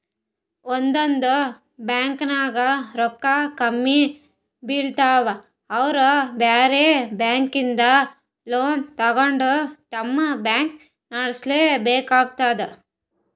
ಒಂದೊಂದ್ ಬ್ಯಾಂಕ್ದಾಗ್ ರೊಕ್ಕ ಕಮ್ಮಿ ಬೀಳ್ತಾವಲಾ ಅವ್ರ್ ಬ್ಯಾರೆ ಬ್ಯಾಂಕಿಂದ್ ಲೋನ್ ತಗೊಂಡ್ ತಮ್ ಬ್ಯಾಂಕ್ ನಡ್ಸಲೆಬೇಕಾತದ್